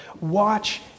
watch